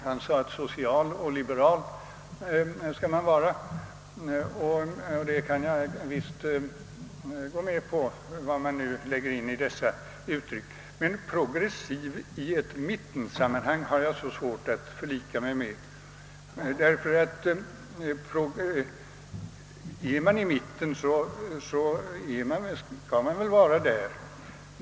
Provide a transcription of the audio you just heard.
Han sade att man skall vara social och liberal — och det kan jag visst gå med på, vad man nu lägger in i dessa uttryck. Men ordet progressiv har jag svårt att förlika mig med i ett mittensammanhang. Ty står man i mitten, så skall man väl vara där.